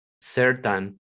certain